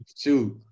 Shoot